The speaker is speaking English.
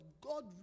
God